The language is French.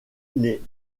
les